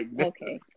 okay